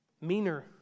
meaner